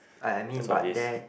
I I mean but they